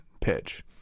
pitch